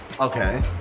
Okay